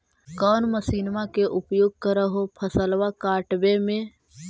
कौन मसिंनमा के उपयोग कर हो फसलबा काटबे में?